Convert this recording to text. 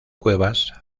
cuevas